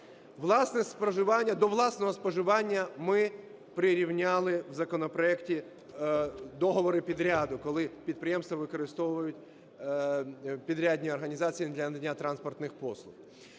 до власного споживання ми прирівняли в законопроекті договори підряду, коли підприємства використовують підрядні організації для надання транспортних послуг.